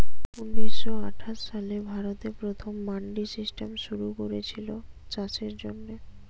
ঊনিশ শ আঠাশ সালে ভারতে প্রথম মান্ডি সিস্টেম শুরু কোরেছিল চাষের জন্যে